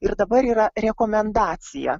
ir dabar yra rekomendacija